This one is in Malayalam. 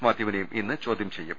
മാത്യുവിനേയും ഇന്ന് ചോദ്യം ചെയ്യും